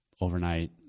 overnight